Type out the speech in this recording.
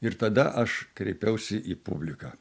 ir tada aš kreipiausi į publiką